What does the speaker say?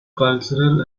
cultural